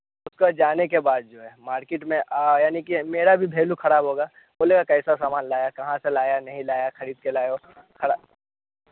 उसका जाने के बाद जो है मार्केट में यानी की मेरा भी भैल्यू खराब होगा बोलेगा कैसा सामान लाया कहाँ से लाया नहीं लाया खरीद के लाया खरा